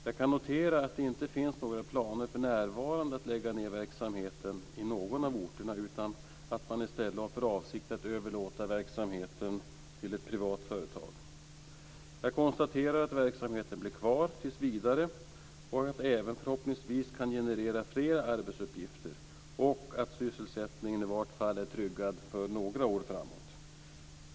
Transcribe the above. Jag kan notera att det för närvarande inte finns några planer på att lägga ned verksamheten i någon av orterna, utan att man i stället har för avsikt att överlåta verksamheten till ett privat företag. Jag konstaterar att verksamheten blir kvar tills vidare, att det även förhoppningsvis kan genereras fler arbetsuppgifter och att sysselsättningen i varje fall är tryggad för några år framåt.